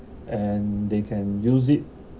and they can use it